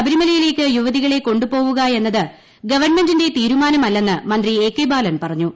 ശബരിമലയിലേക്ക് യുവതികളെ കൊണ്ടുപോവുക എന്നത് ഗവൺമെന്റിന്റെ തീരുമാനമല്ലെന്ന് മന്ത്രി എ കെ ബാലൻ പറഞ്ഞു